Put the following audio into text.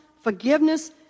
forgiveness